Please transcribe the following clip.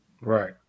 Right